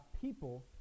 people